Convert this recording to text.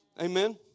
Amen